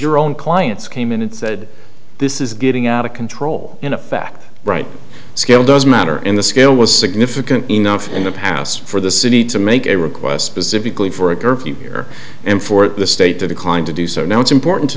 your own clients came in and said this is getting out of control in effect right scale does matter in the scale was significant enough in the past for the city to make a request specifically for a curfew here and for the state to decline to do so now it's important to